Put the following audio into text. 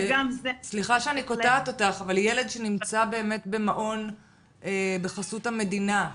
סליחה שאני קוטעת אותך אבל ילד שנמצא באמת במעון בחסות המדינה,